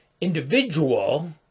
individual